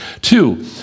Two